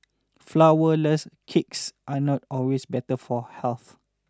flourless cakes are not always better for health